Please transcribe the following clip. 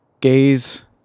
gaze